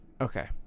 Okay